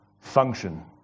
function